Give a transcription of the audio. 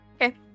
Okay